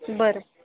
बरं